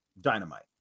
dynamite